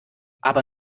aber